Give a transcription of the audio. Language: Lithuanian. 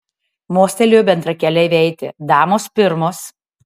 mostelėjo bendrakeleivei eiti damos pirmos